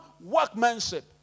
workmanship